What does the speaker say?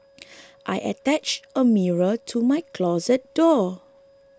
I attached a mirror to my closet door